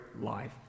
life